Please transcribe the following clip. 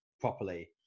properly